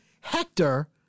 Hector